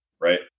Right